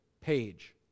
page